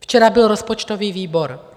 Včera byl rozpočtový výbor.